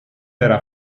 era